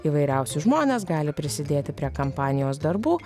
įvairiausi žmonės gali prisidėti prie kampanijos darbų